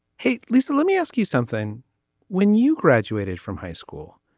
hey, lisa, let me ask you something when you graduated from high school,